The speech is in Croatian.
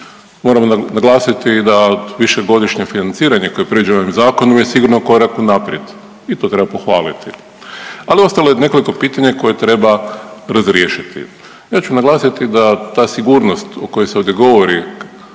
Moramo naglasiti i da višegodišnje financiranje koje je predviđeno ovim zakonom je sigurno korak unaprijed i to treba pohvaliti. Ali ostalo je nekoliko pitanja koje treba razriješiti. Ja ću naglasiti da ta sigurnost o kojoj se ovdje govori